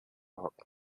hocken